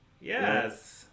Yes